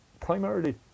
primarily